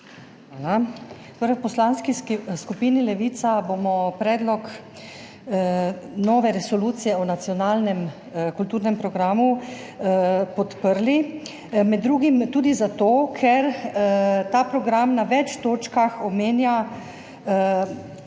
Hvala. V Poslanski skupini Levica bomo predlog nove resolucije o nacionalnem kulturnem programu podprli med drugim tudi zato, ker ta program na več točkah omenja to,